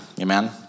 Amen